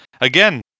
again